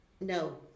no